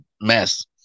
mess